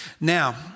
Now